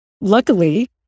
Luckily